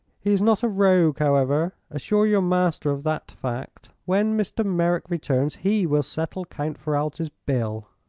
he is not a rogue, however. assure your master of that fact. when mr. merrick returns he will settle count ferralti's bill.